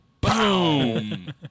Boom